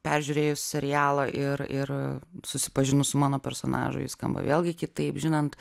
peržiūrėjus serialą ir ir susipažinus su mano personažu jis skamba vėlgi kitaip žinant